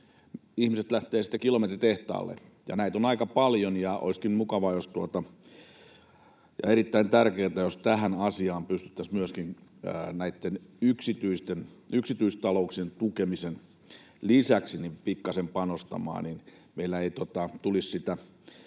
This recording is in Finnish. ihmiset lähtevät sitten kilometritehtaalle. Näitä on aika paljon. Olisikin mukavaa ja erittäin tärkeätä, jos tähän asiaan pystyttäisiin myöskin näitten yksityistalouksien tukemisen lisäksi pikkasen panostamaan. Meillä ei tulisi sitä